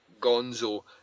gonzo